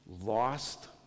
lost